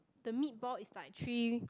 the meat ball is like three